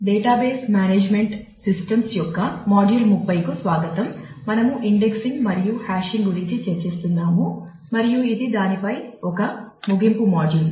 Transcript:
database management systems గురించి చర్చిస్తున్నాము మరియు ఇది దానిపై ఒక ముగింపు మాడ్యూల్